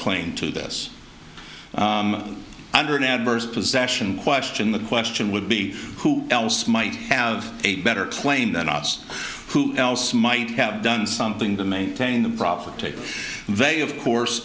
claim to this under an adverse possession question the question would be who else might have a better claim than us who else might have done something to maintain the property value of course